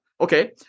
Okay